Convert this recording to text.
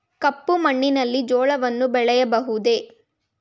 ಕಪ್ಪು ಮಣ್ಣಿನಲ್ಲಿ ಜೋಳವನ್ನು ಬೆಳೆಯಬಹುದೇ?